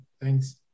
thanks